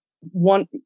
one